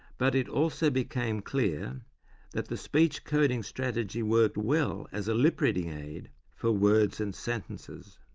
but it also became clear that the speech coding strategy worked well as a lipreading aid for words and sentences.